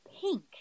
pink